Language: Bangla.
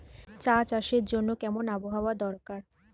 চা চাষের জন্য কেমন আবহাওয়া দরকার?